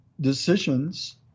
decisions